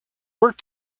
work